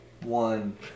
One